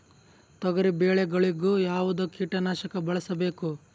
ತೊಗರಿಬೇಳೆ ಗೊಳಿಗ ಯಾವದ ಕೀಟನಾಶಕ ಬಳಸಬೇಕು?